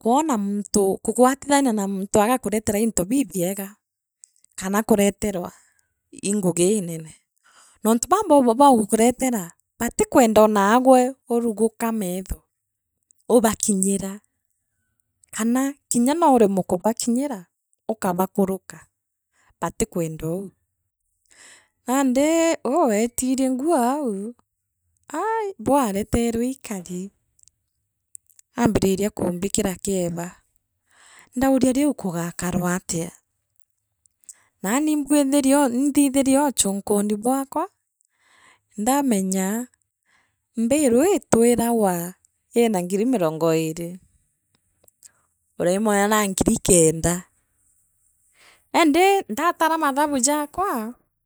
Kwona muntu kugwatithania na muntu agakaretera into bibiega kana kureterwa ii ngugi iinen. e noontu baa boo baagu kuretera batikwenda naagwe uruguka metho ubakinyira kana nouremwe kubakinyira ukabakuruka baatikwenda ou nandi uu weetirie nguu au aaii buu aareterwe ikari aambiriria kumbikira kieba ndauria riu kugakarwa atia naani imbwi imbwithirie uchunkuni bwakwa ndamenya mbilu ii twiragwa iina ngiri mirongo iiri urimwira nie ngiri kenda naandi ndalatara mathabu jakwa.